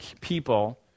people